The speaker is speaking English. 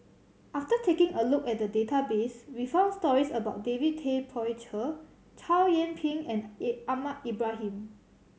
after taking a look at the database we found stories about David Tay Poey Cher Chow Yian Ping and A Ahmad Ibrahim